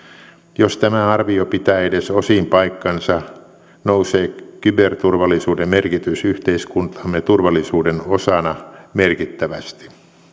jos tämä arvio pitää edes osin paikkansa nousee kyberturvallisuuden merkitys yhteiskuntamme turvallisuuden osana merkittävästi